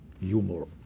Humor